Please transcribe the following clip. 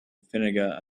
vinegar